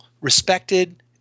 respected